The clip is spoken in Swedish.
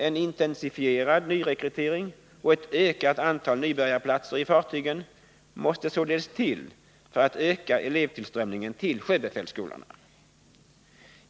En intensifierad nyrekrytering och ett ökat antal nybörjarplatser i fartygen måste således till för att öka elevtillströmningen till sjöbefälsskolorna.